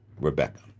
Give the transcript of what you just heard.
Rebecca